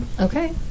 Okay